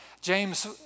James